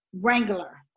Wrangler